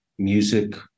Music